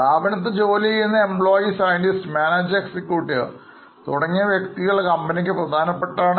സ്ഥാപനത്തിൽ ജോലി ചെയ്യുന്ന employee scientistമാനേജർ എക്സിക്യൂട്ടീവ് തുടങ്ങിയ വ്യക്തികൾ കമ്പനിക്ക്പ്രധാനപ്പെട്ടതാണ്